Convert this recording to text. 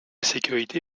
sécurité